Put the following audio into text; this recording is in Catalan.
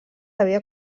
havia